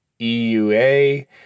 EUA